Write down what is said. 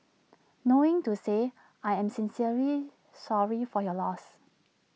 knowing to say I am sincerely sorry for your loss